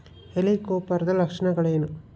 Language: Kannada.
ಹೆಲಿಕೋವರ್ಪದ ಲಕ್ಷಣಗಳೇನು?